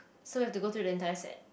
so we have to go through the entire set